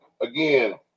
again